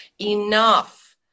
Enough